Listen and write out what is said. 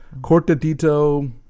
Cortadito